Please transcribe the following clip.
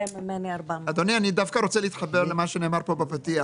אני דווקא רוצה להתחבר למה שנאמר כאן בפתיח.